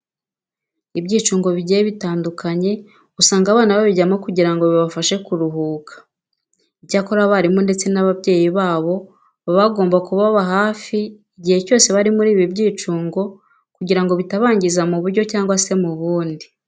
Ibyicungo bigiye bitandukanye usanga abana babijyamo kugira ngo bibafashe kuruhuka. Icyakora abarimu ndetse n'ababyeyi babo baba bagomba kubaba hafi igihe cyose bari muri ibi byicungo kugira ngo bitabangiza mu buryo bumwe cyangwa se mu bundi.